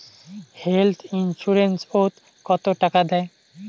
Health insurance ওত কত টাকা দেয়?